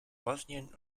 bosnien